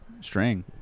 String